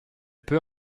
peut